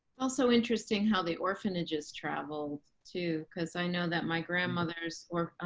also interesting how the orphanages traveled to because i know that my grandmother's or